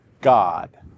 God